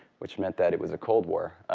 which meant that it was a cold war.